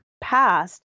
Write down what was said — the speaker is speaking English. passed